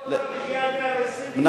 שיחיה עד 120 ויקבל 2 מיליון.